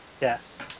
Yes